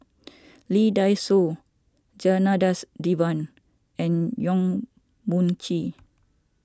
Lee Dai Soh Janadas Devan and Yong Mun Chee